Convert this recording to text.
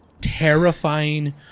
terrifying